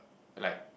like